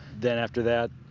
then after that,